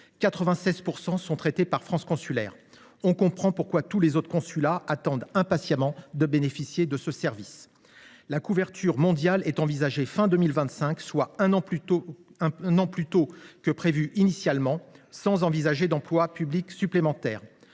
étant traités par France Consulaire. On comprend pourquoi tous les autres consulats attendent impatiemment de bénéficier de ce service ! La couverture mondiale est envisagée pour la fin de 2025, soit un an plus tôt que prévu, sans requérir d’emplois publics supplémentaires.